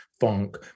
funk